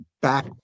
Back